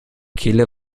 kehle